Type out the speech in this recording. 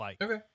Okay